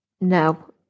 no